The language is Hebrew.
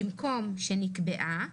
במקום "שנקבעה",